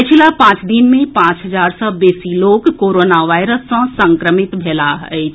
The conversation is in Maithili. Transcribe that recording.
पछिला पांच दिन मे पांच हजार सँ बेसी लोक कोरोना वायरस सँ सँक्रमित भेलाह अछि